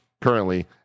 currently